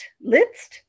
Litz